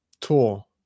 tool